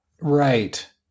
Right